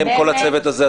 כל הצוות הזה,